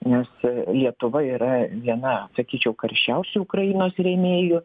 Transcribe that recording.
jos lietuva yra viena sakyčiau karščiausių ukrainos rėmėjų